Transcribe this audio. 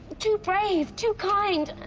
too brave! too kind!